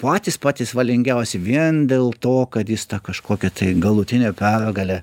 patys patys valingiausi vien dėl to kad jis tą kažkokią tai galutinę pergalę